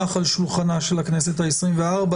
שולחנה של הכנסת ה-24.